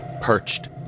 perched